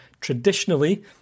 traditionally